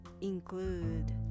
include